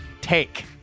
take